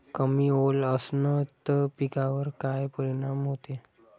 कमी ओल असनं त पिकावर काय परिनाम होते?